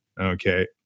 okay